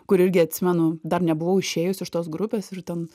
kur irgi atsimenu dar nebuvau išėjus iš tos grupės ir ten